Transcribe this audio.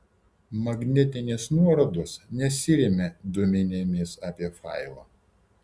magnetinės nuorodos nesiremia duomenimis apie failą